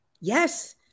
yes